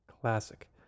Classic